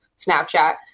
Snapchat